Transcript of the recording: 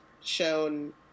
shown